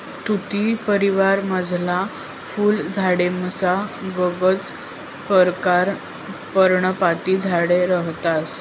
तुती परिवारमझारला फुल झाडेसमा गनच परकारना पर्णपाती झाडे रहातंस